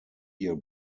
year